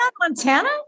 Montana